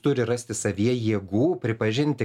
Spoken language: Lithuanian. turi rasti savyje jėgų pripažinti